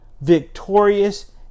victorious